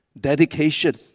dedication